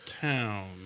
town